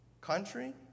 country